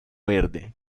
verde